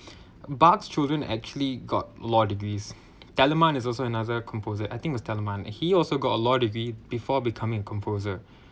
bacchus children actually got law degrees telemann is also another composer I think was telemann he also got a law degree before becoming a composer